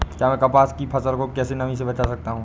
मैं कपास की फसल को कैसे नमी से बचा सकता हूँ?